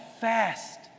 fast